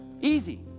Easy